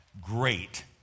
great